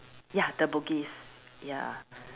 ya the Bugis ya